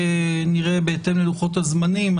בהתאם ללוחות-הזמנים,